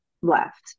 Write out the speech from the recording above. left